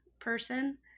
person